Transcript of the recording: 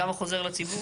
כמה חוזר לציבור?